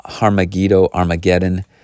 Armageddon